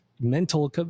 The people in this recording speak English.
mental